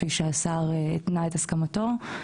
כפי שהשר התנה בהסכמתו,